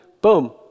boom